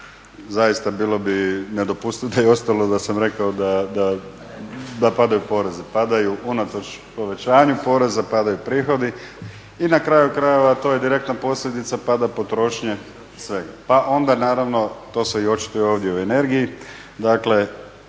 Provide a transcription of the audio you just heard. Zaista bilo bi nedopustivo da je ostalo da sam rekao da padaju porezi. Padaju unatoč povećanju poreza, padaju prihodi i na kraju krajeva to je direktna posljedica pada potrošnje svega. Pa onda naravno to se i očituje ovdje u energiji, dakle